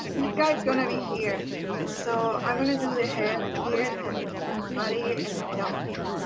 this guy's gonna be here so i'm gonna do the head here and the body and the tail here.